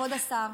כבוד השר,